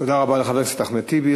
תודה רבה לחבר הכנסת אחמד טיבי.